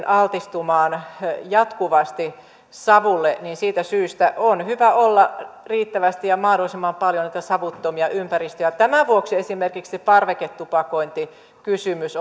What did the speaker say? altistumaan jatkuvasti savulle siitä syystä on hyvä olla riittävästi ja mahdollisimman paljon savuttomia ympäristöjä tämän vuoksi esimerkiksi parveketupakointikysymys